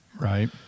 Right